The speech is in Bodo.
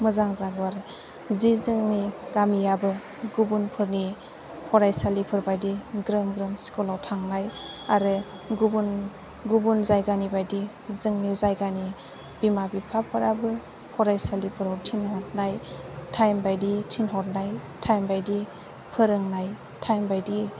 मोजां जागौ आरो जे जोंनि गामियाबो गुबुन फोरनि फरायसालिफोरबायदि ग्रोम ग्रोम स्कुलाव थांनाय आरो गुबुन गुबुन जायगानि बायदि जोंनि जायगानि बिमा बिफाफ्राबो फरायसालिफोराव थिनहरनाय टाइम बायदि थिन्हरनाय टाइम बायदि फोरोंनाय टाइम बायदि